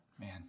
Man